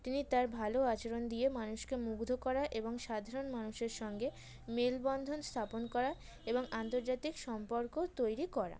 তিনি তার ভালো আচরণ দিয়ে মানুষকে মুগ্ধ করা এবং সাধারণ মানুষের সঙ্গে মেলবন্ধন স্থাপন করা এবং আন্তর্জাতিক সম্পর্কও তৈরি করা